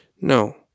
No